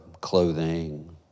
clothing